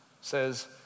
says